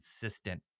consistent